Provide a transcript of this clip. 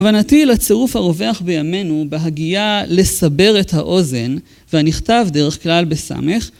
הבנתי לצירוף הרווח בימינו בהגייה ״לסבר את האוזן״ והנכתב דרך כלל בסמ״ך.